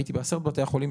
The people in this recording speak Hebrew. הייתי בעשרת בתי החולים,